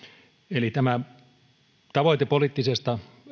eli tämä tavoite ylen poliittisesta